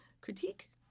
critique